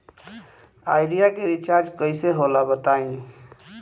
Idea के recharge कइसे होला बताई?